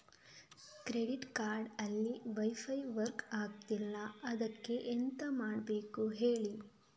credit card ಅಲ್ಲಿ wifi work ಆಗ್ತಿಲ್ಲ ಅದ್ಕೆ ಎಂತ ಮಾಡಬೇಕು ಹೇಳಿ